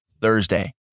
Thursday